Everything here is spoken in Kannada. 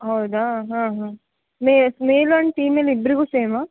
ಹೌದಾ ಹಾಂ ಹಾಂ ಮೇಲ್ ಆ್ಯಂಡ್ ಫೀಮೇಲ್ ಇಬ್ಬರಿಗೂ ಸೇಮಾ